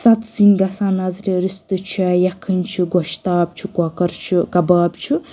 سَتھ سِنۍ گَژھان نَظرِ رِستہٕ چھِ یَکٕھنۍ چھِ گۄشتاب چھِ کۄکر چھِ کَباب چھِ